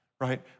right